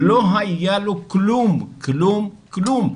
לא היה לו כלום, כלום, כלום.